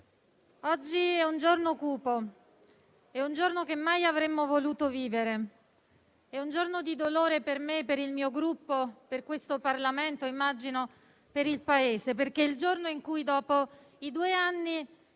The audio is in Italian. oggi è un giorno cupo, che mai avremmo voluto vivere. È un giorno di dolore per me, per il mio Gruppo, per questo Parlamento e, immagino, per il Paese, perché, dopo i due anni